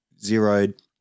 zeroed